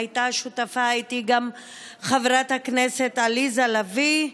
הייתה שותפה איתי גם חברת הכנסת עליזה לביא,